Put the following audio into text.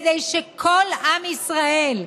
כדי שכל עם ישראל,